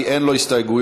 כי אין לו הסתייגויות.